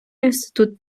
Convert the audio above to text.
інститут